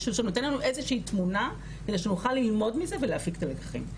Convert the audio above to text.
איזושהי תמונה כדי שנוכל ללמוד מזה ולהפיק את הלקחים.